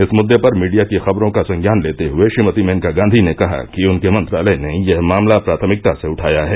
इस मुद्दे पर मीडिया की खबरों का संज्ञान लेते हुए श्रीमती मेनका गांधी ने कहा कि उनके मंत्रालय ने यह मामला प्राथमिकता से उठाया है